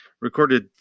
recorded